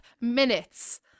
minutes